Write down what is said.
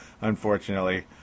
unfortunately